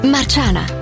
Marciana